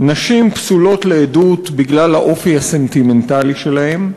"נשים פסולות לעדות בגלל האופי הסנטימנטלי שלהן",